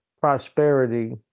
prosperity